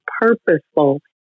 purposeful